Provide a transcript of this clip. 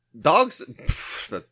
dogs